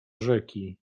rzeki